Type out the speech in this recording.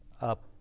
up